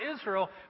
Israel